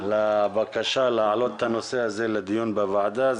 לבקשה להעלות את הנושא הזה לדיון בוועדה.